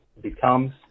becomes